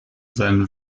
seinen